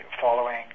following